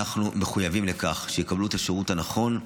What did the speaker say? אנחנו מחויבים לכך שיקבלו את השירות הנכון.